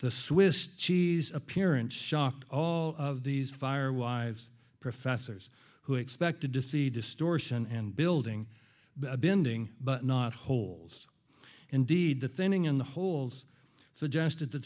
the swiss cheese appearance shocked all of these fire wives professors who expected to see distortion and building been doing but not holes indeed the thinning in the holes suggested t